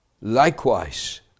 Likewise